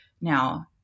Now